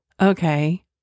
okay